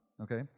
okay